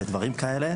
ודברים כאלה.